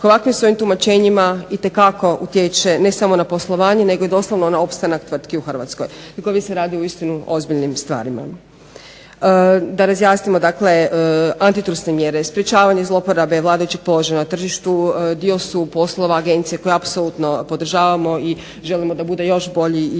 ovakvim svojim tumačenjima itekako utječe ne samo na poslovanje nego i doslovno na opstanak tvrtki u Hrvatskoj i …/Govornica se ne razumije./… uistinu o ozbiljnim stvarima. Da razjasnimo dakle, anti trusne mjere, sprječavanje zlouporabe vladajućeg položaja na tržištu dio su poslova agencije koje apsolutno podržavamo i želimo da bude još bolji i